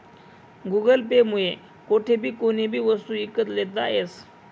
Google pay मुये कोठेबी कोणीबी वस्तू ईकत लेता यस